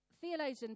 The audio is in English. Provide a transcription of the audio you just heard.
Theologian